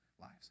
lives